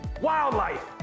wildlife